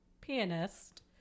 pianist